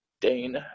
Dane